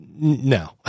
No